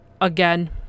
again